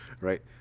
Right